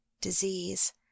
Disease